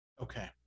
Okay